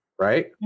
right